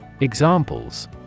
Examples